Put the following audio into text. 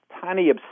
tiny